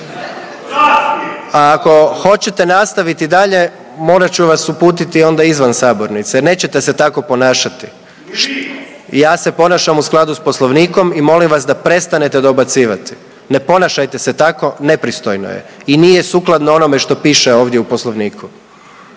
Ako hoćete nastaviti dalje morat ću vas uputiti onda izvan sabornice, jer nećete se tako ponašati. …/Upadica Sačić, ne razumije se./… Ja se ponašam u skladu sa Poslovnikom i molim vas da prestanete dobacivati. Ne ponašajte se tako nepristojno je i nije sukladno onome što piše ovdje u Poslovniku.